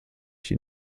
ihnen